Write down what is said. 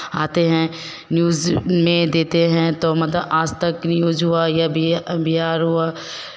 आते हैं न्यूज़ में देते हैं तो मतलब आज तक न्यूज़ हुआ या बि बिहार हुआ